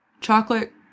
chocolate